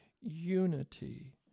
unity